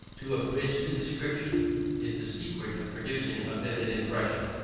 to abridge the description is the secret of producing a vivid impression.